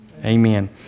Amen